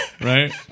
right